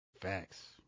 Facts